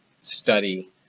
study